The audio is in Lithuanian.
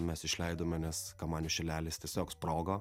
mes išleidome nes kamanių šilelis tiesiog sprogo